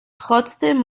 trotzdem